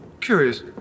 Curious